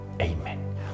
Amen